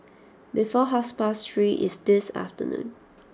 before half past three is this afternoon